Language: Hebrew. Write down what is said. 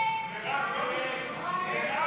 הסתייגות 68 לא נתקבלה.